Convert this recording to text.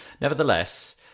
Nevertheless